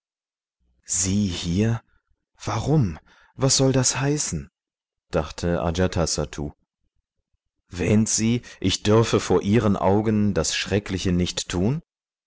sie hier warum was soll das heißen dachte ajatasattu wähnt sie ich dürfe vor ihren augen das schreckliche nicht tun